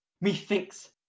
Methinks